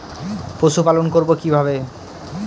পশুপালন করব কিভাবে?